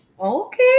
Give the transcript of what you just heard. okay